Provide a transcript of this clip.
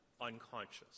unconscious